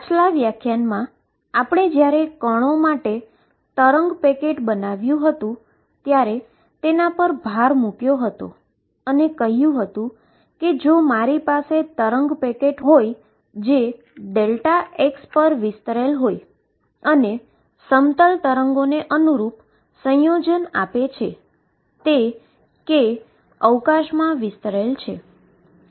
પાછલા વ્યાખ્યાનમાં આપણે જ્યારે પાર્ટીકલ માટે વેવ પેકેટ બનાવ્યું ત્યારે તેના પર ભાર મુક્યો હતો અને કહ્યું હતું કે જો મારી પાસે વેવ પેકેટ હોય જે Δx પર વિસ્તરેલ હોય અને પ્લેન વેવને અનુરૂપ સંયોજન આપે છે તે k સ્પેસમાં વિસ્તરેલ છે